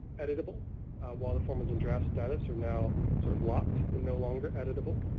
editable while the form is in draft status are now sort of locked and no longer editable.